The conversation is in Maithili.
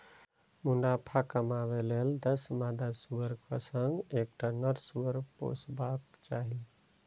मुनाफा कमाबै लेल दस मादा सुअरक संग एकटा नर सुअर पोसबाक चाही